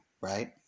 Right